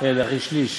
אלא אחרי שליש.